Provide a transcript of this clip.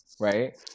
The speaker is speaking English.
right